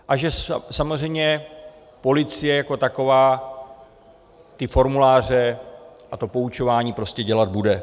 A že samozřejmě policie jako taková ty formuláře a to poučování prostě dělat bude.